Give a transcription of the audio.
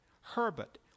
Herbert